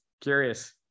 curious